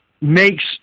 makes